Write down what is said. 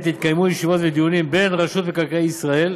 התקיימו ישיבות ודיונים בין רשות מקרקעי ישראל,